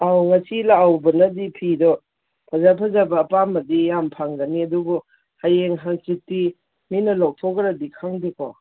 ꯑꯧ ꯉꯁꯤ ꯂꯥꯛꯍꯧꯕꯅꯗꯤ ꯐꯤꯗꯣ ꯐꯖ ꯐꯖꯕ ꯑꯄꯥꯝꯕꯗꯤ ꯌꯥꯝ ꯐꯪꯒꯅꯤ ꯑꯗꯨꯕꯨ ꯍꯌꯦꯡ ꯍꯪꯆꯤꯠꯇꯤ ꯃꯤꯅ ꯂꯧꯊꯣꯛꯈ꯭ꯔꯗꯤ ꯈꯪꯗꯦꯀꯣ